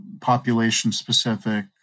population-specific